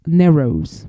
narrows